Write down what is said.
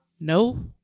No